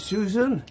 Susan